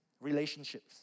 relationships